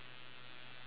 I've got four